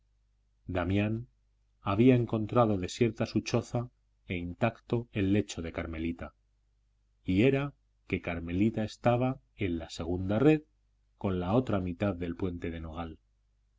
damián había encontrado desierta su choza e intacto el lecho de carmelita y era que carmelita estaba en la segunda red con la otra mitad del puente de nogal